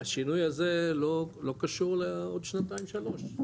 השינוי הזה לא קשור לעוד שנתיים-שלוש,